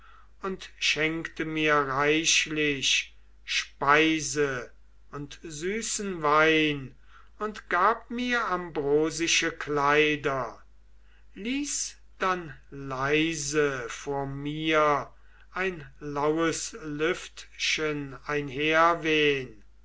und schenkte mir reichlich speise und süßen wein und gab mir ambrosische kleider ließ dann leise vor mir ein laues lüftchen